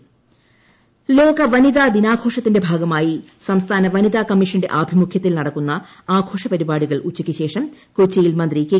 ലോക വനിത ദിനം ലോക വനിതാ ദിനാഘോഷത്തിന്റെ ഭാഗമായി സംസ്ഥാന വനിത കമ്മീഷന്റെ ആഭിമുഖ്യത്തിൽ നടക്കുന്ന ആഘോഷ പരിപാടികൾ ഉച്ചയ്ക്കുശേഷം കൊച്ചിയിൽ മന്ത്രി കെ